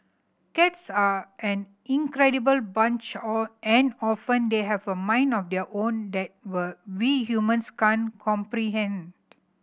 cats are an incredible bunch or and often they have a mind of their own that were we humans can't comprehend